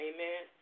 Amen